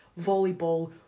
volleyball